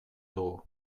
dugu